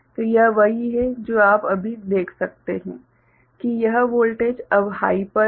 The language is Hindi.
तो यह वही है जो आप अभी देख सकते हैं कि यह वोल्टेज अब हाइ पर है